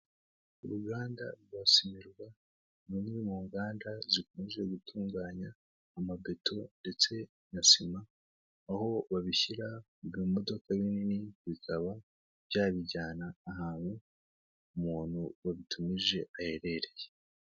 Uruganda rwa simerwa ni imwe mu nganda zikunze gutunganya amabeto ndetse na sima, aho babishyira mu bimodoka binini, bikaba byabijyana ahantu umuntu wabitumije aherereye.